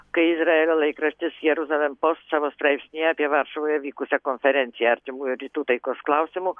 kai izraelio laikraštis jeruzalėn post savo straipsnyje apie varšuvoje vykusią konferenciją artimųjų rytų taikos klausimu